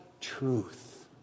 truth